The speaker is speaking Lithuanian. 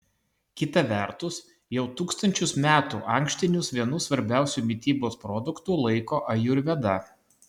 kita vertus jau tūkstančius metų ankštinius vienu svarbiausiu mitybos produktu laiko ajurveda